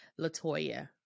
Latoya